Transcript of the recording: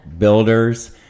builders